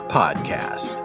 podcast